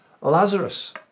Lazarus